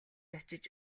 очиж